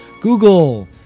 Google